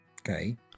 okay